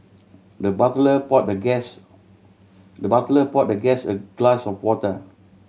the butler poured the guest the butler poured the guest a glass of water